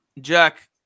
Jack